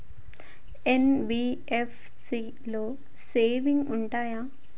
NBFC లో savings ఉంటయా?